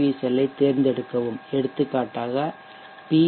we செல்லைத் தேர்ந்தெடுக்கவும் எடுத்துக்காட்டாக பி